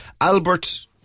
Albert